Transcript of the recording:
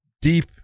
deep